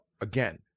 again